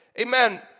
Amen